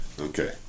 Okay